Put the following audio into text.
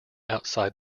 outside